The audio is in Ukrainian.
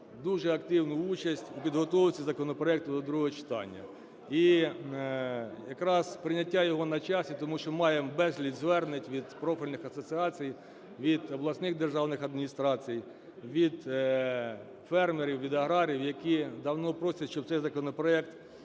дуже активну участь в підготовці законопроекту до другого читання. І якраз прийняття його на часі, тому що маємо безліч звернень від профільних асоціацій, від обласних державних адміністрацій, від фермерів, від аграріїв, які давно просять, щоб цей законопроект